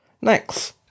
Next